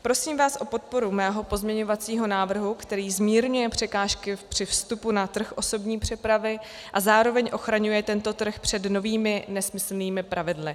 Prosím vás o podporu mého pozměňovacího návrhu, který zmírňuje překážky při vstupu na trh osobní přepravy a zároveň ochraňuje tento trh před novými nesmyslnými pravidly.